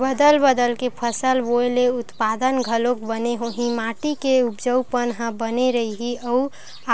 बदल बदल के फसल बोए ले उत्पादन घलोक बने होही, माटी के उपजऊपन ह बने रइही अउ